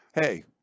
hey